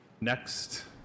Next